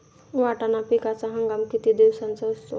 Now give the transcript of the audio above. वाटाणा पिकाचा हंगाम किती दिवसांचा असतो?